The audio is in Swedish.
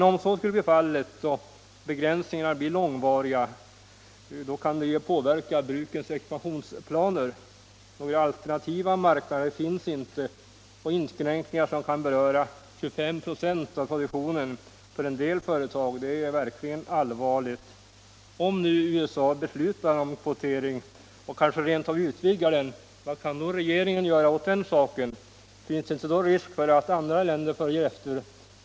Om så skulle bli fallet, och begränsningarna av importen av svenskt specialstål skulle bli långvariga, kan detta naturligtvis påverka brukens expansionsplaner. Några alternativa marknader finns nämligen inte, och inskränkningar som kan beröra 25 96 av produktionen för en del företag är verkligt allvarliga. Men om USA beslutar om en sådan kvotering — och kanske t.o.m. utvidgar den — vad kan då den svenska regeringen göra åt den saken? Finns det då inte också risk för att andra länder följer efter USA?